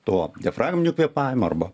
tuo diafragminiu kvėpavimo arba